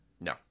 No